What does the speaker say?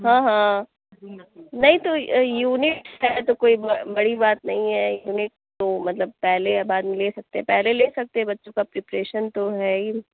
ہاں ہاں نہیں تو یو یونٹ کا ہے تو کوئی بڑی بات نہیں ہے یونٹ تو مطلب پہلے یا بعد میں لے سکتے ہیں پہلے لے سکتے ہیں بچوں کا پپریشن تو ہے ہی